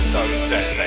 Sunset